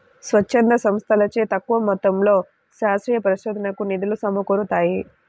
స్వచ్ఛంద సంస్థలచే తక్కువ మొత్తంలో శాస్త్రీయ పరిశోధనకు నిధులు సమకూరుతాయి